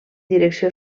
direcció